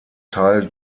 teil